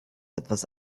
etwas